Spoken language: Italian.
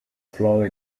flora